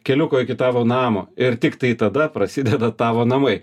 keliuko iki tavo namo ir tiktai tada prasideda tavo namai